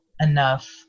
enough